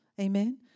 amen